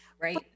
Right